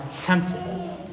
tempted